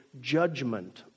judgment